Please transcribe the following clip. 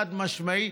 חד-משמעית.